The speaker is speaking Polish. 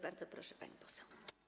Bardzo proszę, pani poseł.